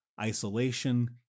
isolation